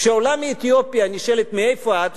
כשעולה מאתיופיה נשאלת: מאיפה את?